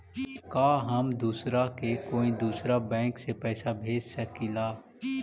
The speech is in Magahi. का हम दूसरा के कोई दुसरा बैंक से पैसा भेज सकिला?